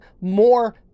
more